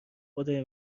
خدای